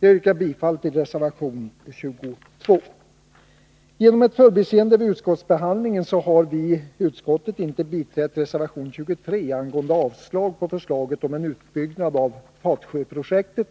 Jag yrkar bifall till reservation 22. På grund av ett förbiseende vid utskottsbehandlingen har vi i utskottet inte biträtt reservation 23, som går ut på avslag på förslaget om en utbyggnad av Fatsjöprojektet.